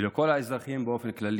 ואת כל האזרחים באופן כללי,